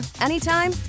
anytime